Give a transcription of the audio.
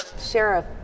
Sheriff